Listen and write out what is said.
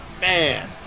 man